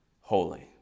holy